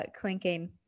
clinking